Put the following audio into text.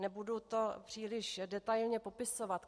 Nebudu to příliš detailně popisovat.